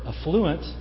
affluent